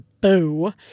boo